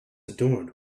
adorned